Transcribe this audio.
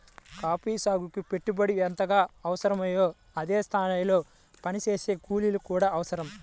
coffee సాగుకి పెట్టుబడి ఎంతగా అవసరమో అదే స్థాయిలో పనిచేసే కూలీలు కూడా అవసరం